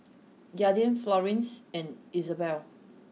Aydin Florence and Izabella